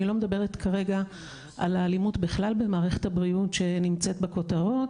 אני לא מדברת כרגע על האלימות בכלל במערכת הבריאות שנמצאת בכותרות,